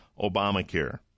Obamacare